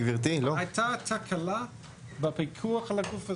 מסכים שהייתה תקלה בפיקוח על הגוף הזה.